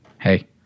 hey